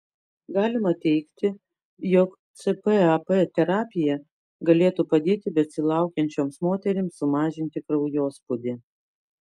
galima teigti jog cpap terapija galėtų padėti besilaukiančioms moterims sumažinti kraujospūdį